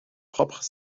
propres